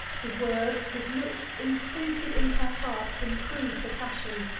his words, his looks, imprinted in her heart, improve the passion,